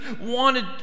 wanted